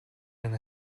and